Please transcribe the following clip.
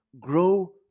Grow